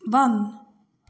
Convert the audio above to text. बन्द